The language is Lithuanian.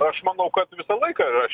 aš manau kad visą laiką yra